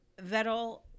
Vettel